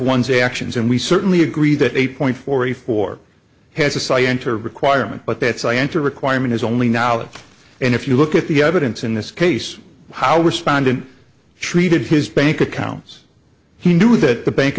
one's actions and we certainly agree that a point forty four has a site enter requirement but that's i enter a requirement is only knowledge and if you look at the evidence in this case how respondent treated his bank accounts he knew that the bank